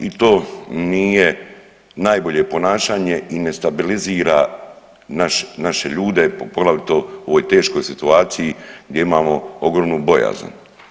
I to nije najbolje ponašanje i ne stabilizira naše ljude poglavito u ovoj teškoj situaciji, gdje imamo ogromnu bojazan.